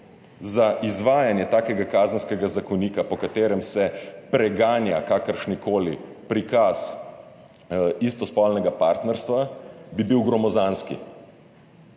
za izvajanje takega kazenskega zakonika, po katerem se preganja kakršnikoli prikaz istospolnega partnerstva, bi bil gromozanski.